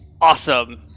Awesome